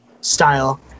style